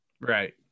Right